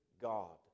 God